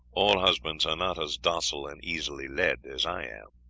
all husbands are not as docile and easily led as i am.